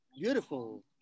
Beautiful